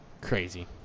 Crazy